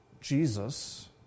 Jesus